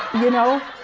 you know.